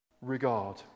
regard